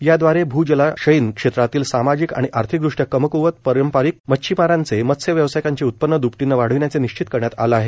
यादवारे भूजलाशयीन क्षेत्रातील सामाजिक आणि आर्थिकदृष्ट्या कमकवत पारंपारिक मच्छिमारांचे मत्स्य व्यावसायिकांचे उत्पन्न द्रप्पटीनं वाढविण्याचे निश्चित करण्यात आलं आहे